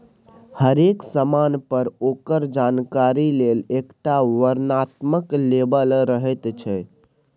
हरेक समान पर ओकर जानकारी लेल एकटा वर्णनात्मक लेबल रहैत छै